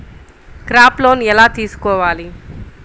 Crop loan ఎలా తీసుకోవాలి?